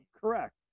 correct